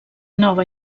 nova